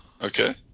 Okay